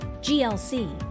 GLC